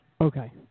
Okay